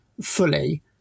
fully